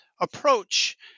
approach